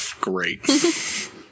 great